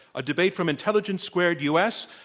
a debate from intelligence squared u. s.